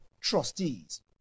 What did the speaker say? Trustees